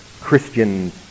Christian